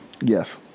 Yes